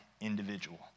individual